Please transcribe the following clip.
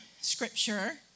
scripture